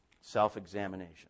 self-examination